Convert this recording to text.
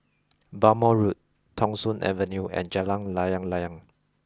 Bhamo Road Thong Soon Avenue and Jalan Layang Layang